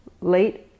late